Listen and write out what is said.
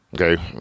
Okay